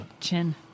chin